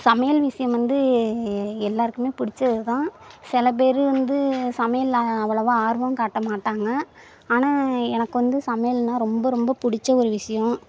சமையல் விஷயம் வந்து எல்லாருக்குமே பிடிச்சது தான் சில பேர் வந்து சமையலில் அவ்வளவாக ஆர்வம் காட்ட மாட்டாங்க ஆனால் எனக்கு வந்து சமையல்ன்னா ரொம்ப ரொம்ப பிடிச்ச ஒரு விஷயம்